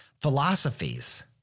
philosophies